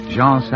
Jean